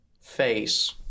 face